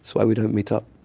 so why we don't meet up